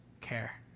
care